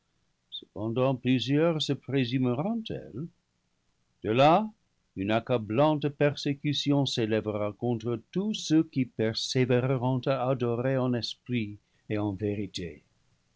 cependant plusieurs se présumeront tels de là une accablante persécution s'élèvera contre tous ceux qui persé véreront à adorer en esprit et en vérité